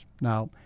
Now